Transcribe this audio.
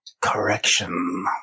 correction